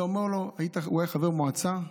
הוא היה חבר מועצה,